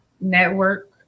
Network